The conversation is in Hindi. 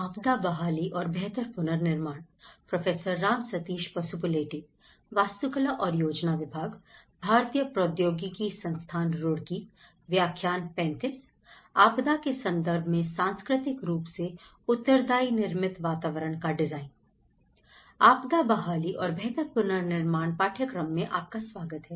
आपदा बहाली और बेहतर पुनर्निर्माण पाठ्यक्रम में आपका स्वागत है